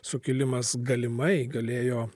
sukilimas galimai galėjo